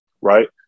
Right